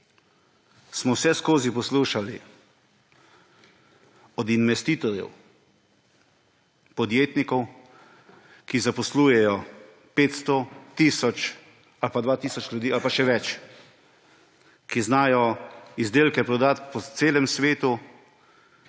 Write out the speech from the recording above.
smo vseskozi poslušali od investitorjev, podjetnikov, ki zaposlujejo 500, tisoč, 2 tisoč ljudi ali pa še več, ki znajo izdelke prodati po celem svetu,